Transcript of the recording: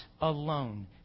alone